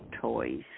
toys